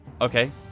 Okay